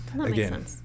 again